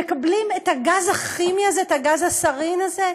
שמקבלים את הגז הכימי הזה, את גז הסארין הזה,